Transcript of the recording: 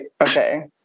Okay